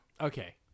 Okay